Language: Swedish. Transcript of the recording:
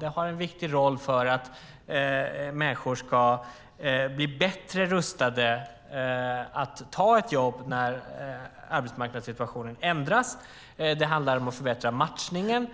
Den har en viktig roll för att människor ska bli bättre rustade att ta ett jobb när arbetsmarknadssituationen ändras. Det handlar om att förbättra matchningen.